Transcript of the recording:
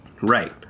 Right